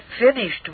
finished